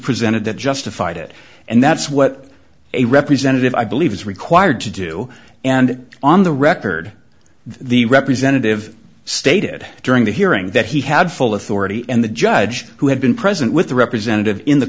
presented that justified it and that's what a representative i believe is required to do and on the record the representative stated during the hearing that he had full authority and the judge who had been present with the representative in the